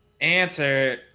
answer